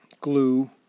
glue